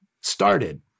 started